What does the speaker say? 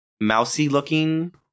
mousy-looking